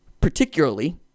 particularly